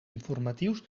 informatius